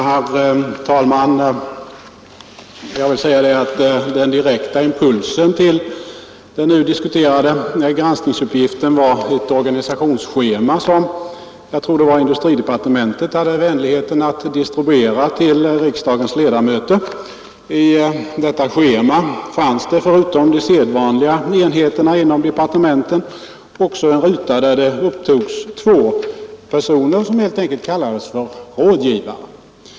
Herr talman! Den direkta impulsen till den nu diskuterade granskningsuppgiften var ett organisationsschema som jag tror industridepartementet hade vänligheten att distribuera till riksdagens ledamöter. I detta schema fanns det förutom de sedvanliga enheterna inom departementet också en ruta där det upptogs två personer som helt enkelt kallades rådgivare.